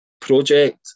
project